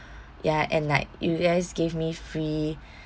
ya and like you guys gave me free